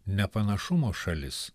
nepanašumo šalis